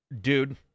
dude